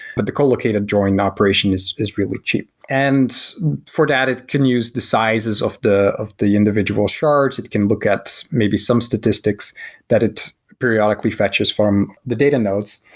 but the co-located join operation is is really cheap. and for that, it can use the sizes of the of the individual shards. it can look at maybe some statistics that it periodically fetches from the data nodes.